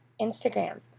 Instagram